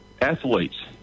athletes